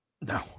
No